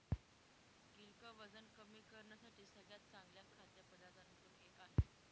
गिलक वजन कमी करण्यासाठी सगळ्यात चांगल्या खाद्य पदार्थांमधून एक आहे